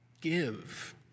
Give